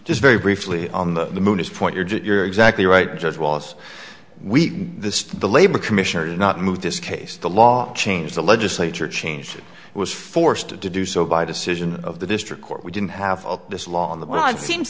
just very briefly on the moon is point you're just you're exactly right just was we this the labor commissioner is not moved this case the law changed the legislature changed it was forced to do so by decision of the district court we didn't have this law in the